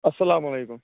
اَسَلام علیکُم